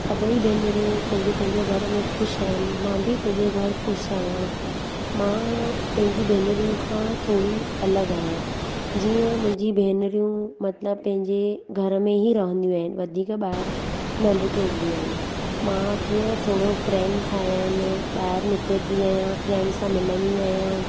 सभई भेनरियूं पंहिंजे पंहिंजे घर में ख़ुशि आहिनि मां बि पंहिंजे घर ख़ुशि आहियां मां पंहिंजी भेनरुनि खां थोरी अलॻि आहियां जीअं मुंहिंजी भेनरियूं मतिलबु पंहिंजे घर में ई रहंदियूं आहिनि वधीक ॿाहिरि न निकिरंदियूं आहिनि मां कीअं थोरो फ्रैंड ठाहियां आहिनि ॿाहिरि निकिरंदी आहियां फ्रैंड सां मिलंदी आहियां